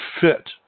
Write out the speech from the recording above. fit